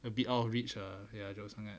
a bit out of reach ah ya jauh sangat